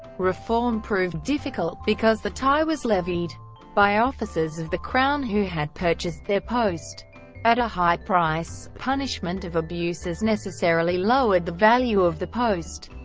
reform proved difficult, because the taille was levied by officers of the crown who had purchased their post at a high price punishment of abuses necessarily lowered the value of the post.